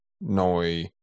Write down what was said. Noi